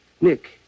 Nick